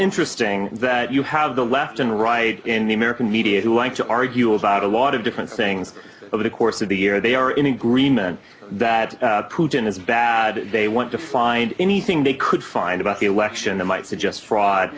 interesting that you have the left and right in the american media who like to argue about a lot of different things over the course of the year they are in agreement that putin is bad they want to find anything they could find about the election that might suggest fraud